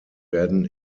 werden